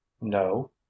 no